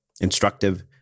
instructive